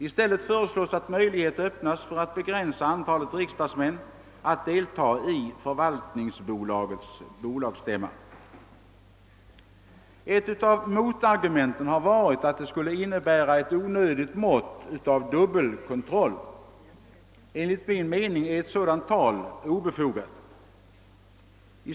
I stället föreslås att möjlighet öppnas för ett begränsat antal riksdagsmän att Ett av motargumenten har varit att systemet skulle innebära en onödig dubbelkontroll. Enligt min mening är sådant tal obefogat.